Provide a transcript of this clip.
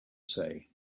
say